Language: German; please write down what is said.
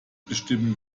bestimmen